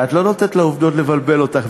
ואת לא נותנת לעובדות לבלבל אותך,